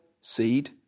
seed